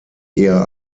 eher